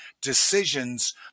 decisions